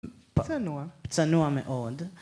צנוע. צנוע מאוד.